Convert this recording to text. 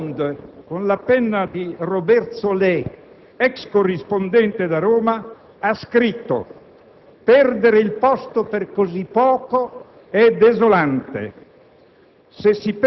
«*Le Monde*», con la penna di Robert Solé, ex corrispondente da Roma, ha scritto: «Perdere il posto per così poco è desolante.